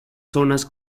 zonas